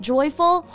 Joyful